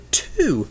two